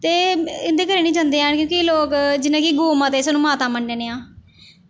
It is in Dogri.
ते इं'दे कन्नै निं जंदे ऐ क्योंकि एह् लोक जियां गौ माता गी माता सानूं माता मन्नने